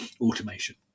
automation